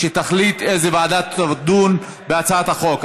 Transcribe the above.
והיא שתחליט איזה ועדה תדון בהצעת החוק.